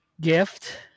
gift